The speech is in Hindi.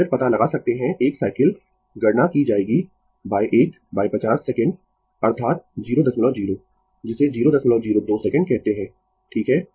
फिर पता लगा सकते है 1 साइकिल गणना की जाएगी150 सेकंड अर्थात 00 जिसे 002 सेकंड कहते है ठीक है